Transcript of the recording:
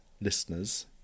listeners